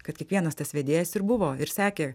kad kiekvienas tas vedėjas ir buvo ir sekė